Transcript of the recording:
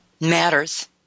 matters